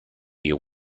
you